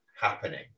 happening